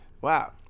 Wow